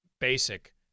basic